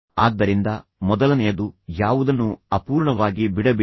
ಆದ್ದರಿಂದ ಮೊದಲನೆಯದು ಯಾವುದನ್ನೂ ಅಪೂರ್ಣವಾಗಿ ಬಿಡಬೇಡಿ